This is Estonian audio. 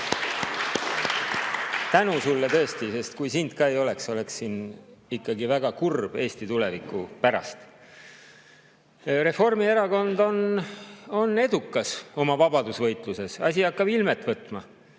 Tänu sulle tõesti – kui sind ka ei oleks, oleksin ikkagi väga kurb Eesti tuleviku pärast. Reformierakond on edukas oma vabadusvõitluses, asi hakkab ilmet võtma.